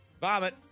vomit